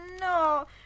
No